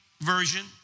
version